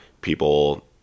people